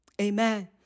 Amen